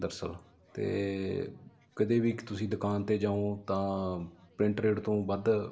ਦਰਸਅਲ ਅਤੇ ਕਦੇ ਵੀ ਤੁਸੀਂ ਦੁਕਾਨ 'ਤੇ ਜਾਉ ਤਾਂ ਪ੍ਰਿੰਟ ਰੇਟ ਤੋਂ ਵੱਧ